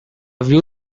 view